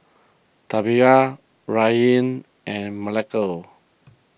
Taliyah Rylan and